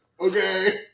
okay